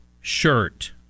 shirt